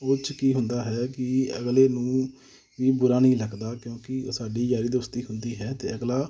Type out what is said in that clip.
ਉਹ 'ਚ ਕੀ ਹੁੰਦਾ ਹੈ ਕਿ ਅਗਲੇ ਨੂੰ ਵੀ ਬੁਰਾ ਨਹੀਂ ਲੱਗਦਾ ਕਿਉਂਕਿ ਉਹ ਸਾਡੀ ਯਾਰੀ ਦੋਸਤੀ ਹੁੰਦੀ ਹੈ ਅਤੇ ਅਗਲਾ